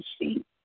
see